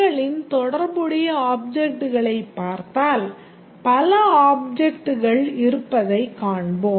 மக்களின் தொடர்புடைய objectகளைப் பார்த்தால் பல objectகள் இருப்பதைக் காண்போம்